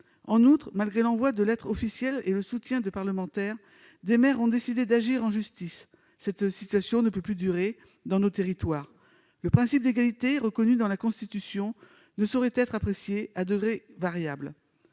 En outre, l'envoi de lettres officielles et le soutien de parlementaires ne suffisant pas, des maires ont décidé d'agir en justice. Cette situation ne peut plus durer dans nos territoires. Le principe d'égalité, reconnu dans la Constitution, ne saurait être apprécié à géométrie variable.